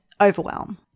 overwhelm